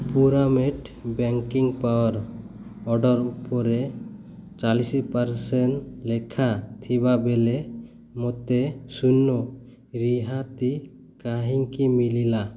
ପ୍ୟୁରାମେଟ୍ baking powder order ଉପରେ ଚାଳିଶ percent ଲେଖା ଥିବାବେଳେ ମୋତେ ଶୂନ ରିହାତି କାହିଁକି ମିଳିଲା